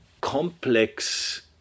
complex